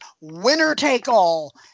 winner-take-all